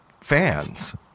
fans